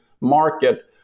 market